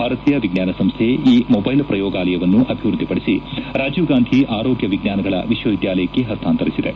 ಭಾರತೀಯ ವಿಜ್ಞಾನ ಸಂಸ್ಥೆ ಈ ಮೊಬೈಲ್ ಪ್ರಯೋಗಾಲಯವನ್ನು ಅಭಿವೃದ್ಧಿಪಡಿಸಿ ರಾಜೀವ್ ಗಾಂಧಿ ಆರೋಗ್ಯ ವಿಜ್ವಾನಗಳ ವಿಶ್ವವಿದ್ಯಾಲಯಕ್ಕೆ ಹಸ್ತಾಂತರಿಸಿದೆ